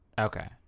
okay